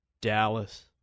Dallas